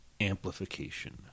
amplification